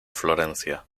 florencia